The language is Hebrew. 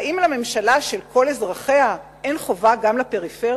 האם לממשלה של "כל אזרחיה" אין חובה גם לפריפריה,